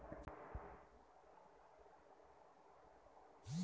दहा किंटल कापूस ऐचायले किती मजूरी लागन?